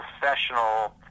professional